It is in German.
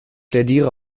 plädiere